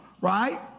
right